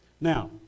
Now